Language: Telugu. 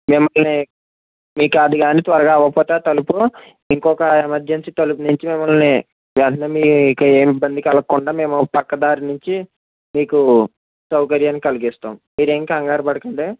మేము ఏ మీకాడ కానీ త్వరగా అవ్వకపోతే తలుపు ఇంకొక ఎమర్జెన్సీ తలుపు నుంచి మిమ్మల్ని వెంటనే మీకు ఏ ఇబ్బందీ కలగకుండా మేము పక్కదారినుంచి మీకు సౌకార్యాన్ని కలిగిస్తాం మీరేం కంగారుపడకండి